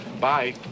Bye